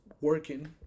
working